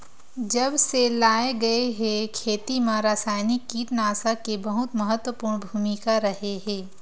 जब से लाए गए हे, खेती मा रासायनिक कीटनाशक के बहुत महत्वपूर्ण भूमिका रहे हे